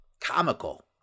comical